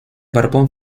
borbón